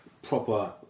Proper